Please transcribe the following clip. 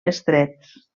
estrets